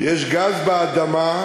שיש גז באדמה,